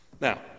Now